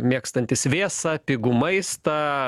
mėgstantys vėsą pigų maistą